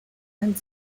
and